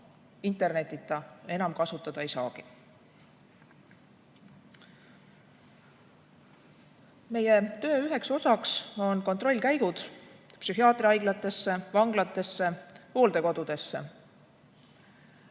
internetita enam kasutada ei saagi. Meie töö üheks osaks on kontrollkäigud psühhiaatriahaiglatesse, vanglatesse, hooldekodudesse.